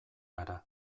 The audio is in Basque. gara